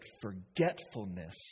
forgetfulness